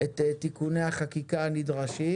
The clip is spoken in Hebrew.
את תיקוני החקיקה הנדרשים.